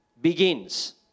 begins